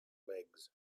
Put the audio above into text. legs